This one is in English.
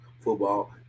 football